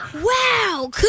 Wow